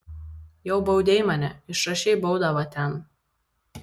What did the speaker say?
jau baudei mane išrašei baudą va ten